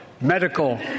medical